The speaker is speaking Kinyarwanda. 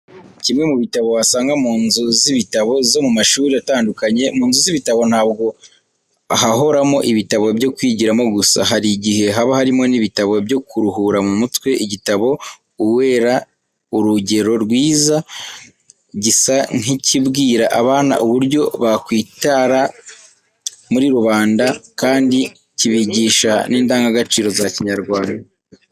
Kimwe mu bitabo wasanga mu nzu z'ibitabo zo mu mashuri atandukanye. Mu nzu z'ibitabo ntabwo hahoramo ibitabo byo kwigiramo gusa, hari igihe haba harimo n'ibitabo byo kuruhura mu mutwe. Igitabo ''Uwera urugero rwiza'' gisa nk'ikibwira abana uburyo bakwitara muri rubanda kandi kibigisha n'indangagaciro za Kinyarwanda.